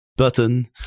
button